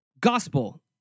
Gospel